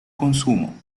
consumo